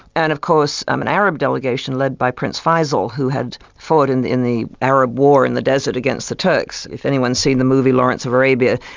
and of course um an arab delegation led by prince faisal, who had fought in in the arab war in the desert against the turks, if anyone has seen the movie, lawrence of arabia,